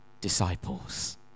disciples